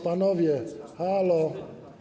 Panowie, halo!